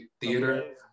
theater